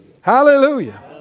Hallelujah